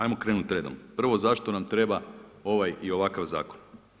Ajmo krenuti redom, prvo zašto nam treba ovaj i ovakav zakon.